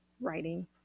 writing